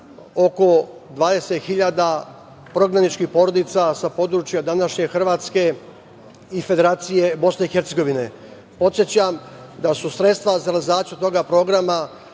oko 20.000 prognanih porodica sa područja današnje Hrvatske i Federacije BiH.Podsećam da su sredstva za realizaciju toga programa